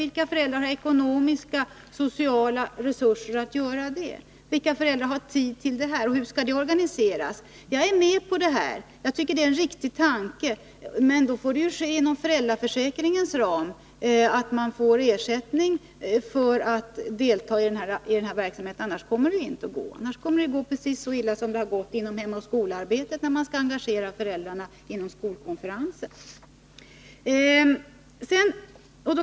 Vilka föräldrar har ekonomiska och sociala resurser att göra det? Vilka föräldrar har tid till det här, och hur skall det organiseras? Jag är med på detta — jag tycker det är en riktig tanke — men då får det ske inom föräldraförsäkringens ram, så att man får ersättning för att delta i verksamheten. Annars kommer det inte att kunna ordnas, utan det går precis lika illa som inom Hem och Skola-arbetet, när man där skall engagera föräldrar i skolkonferenser.